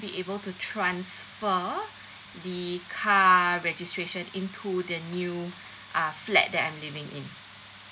be able to transfer the car registration into the new uh flat that I'm living in